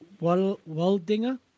Waldinger